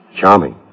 Charming